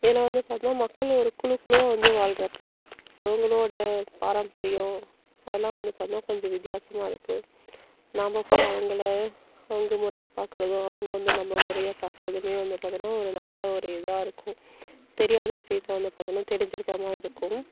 இதில் வந்து பார்த்தீங்கன்னா மக்கள் ஒரு குழு குழுவாக வந்து வாழ்கிறப்ப அவங்களோட பாரம்பரியம் அதல்லாம் வந்து பார்த்தீங்கன்னா கொஞ்சம் வித்தியசமாக இருக்குது நாம் போய் அவங்கள அவங்க முறையை பார்க்குறதும் அவங்க வந்து நம்ம முறையை பார்க்குறதுமே வந்து பார்த்தீனா ஒரு நல்ல ஒரு இதாக இருக்கும் தெரியாத விஷயத்த வந்து பார்த்தீனா தெரிஞ்சிருக்கமாரி இருக்கும்